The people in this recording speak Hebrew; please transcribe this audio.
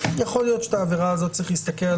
יכול להיות שעל העבירה הזאת צריך להסתכל,